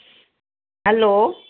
hello